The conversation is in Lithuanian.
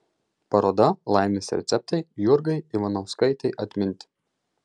paroda laimės receptai jurgai ivanauskaitei atminti